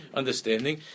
understanding